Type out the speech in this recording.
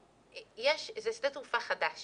זה שדה תעופה חדש